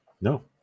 No